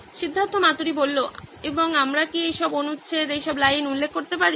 সিদ্ধার্থ মাতুরি এবং আমরা কি এইসব অনুচ্ছেদ এইসব লাইন উল্লেখ করতে পারি